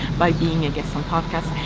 by being a guest on podcast.